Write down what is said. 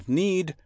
need